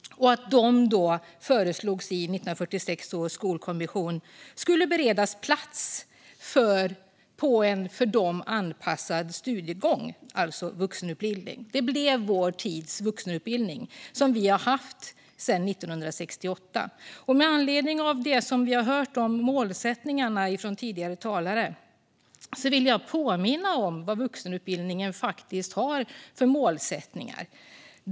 I 1946 års skolkommission föreslogs det att de skulle beredas plats på en för dem anpassad studiegång. Detta blev så småningom vår tids vuxenutbildning, som vi har haft sedan 1968. Med anledning av det vi har hört om målsättningarna från tidigare talare vill jag påminna om vad vuxenutbildningen har för målsättningar.